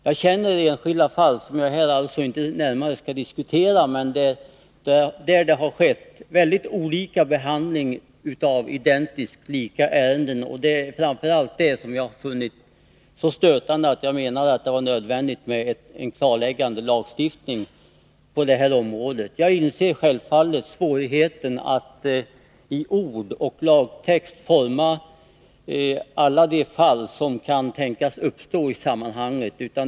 Jag känner till enskilda fall, som jag här inte närmare skall diskutera, där identiskt lika ärenden har behandlats mycket olika. Det var framför allt detta som jag fann så stötande att jag menade att det var nödvändigt med en klarläggande lagstiftning på detta område. Jag inser självfallet svårigheten att med ord i en lagtext täcka in alla de fall som kan tänkas uppstå i sammanhanget.